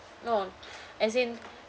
no as in